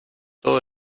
todo